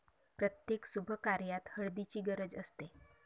प्रत्येक शुभकार्यात हळदीची गरज असते